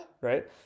Right